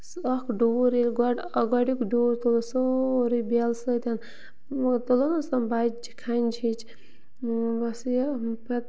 سُہ اکھ ڈوٗر ییٚلہِ گۄڈٕ گۄڈنیُک ڈوٗر تُل سورُے بیلہٕ سۭتۍ مٔہ تُلو نہ تِم بَجہِ کھَنجہِ ہِچ بَس یہِ پَتہٕ